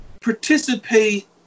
participate